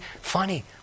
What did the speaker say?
funny